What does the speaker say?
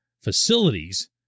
facilities